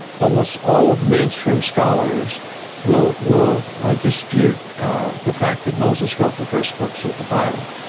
almost all of the mainstream scholars will will dispute the fact that moses wrote the first books of the bible.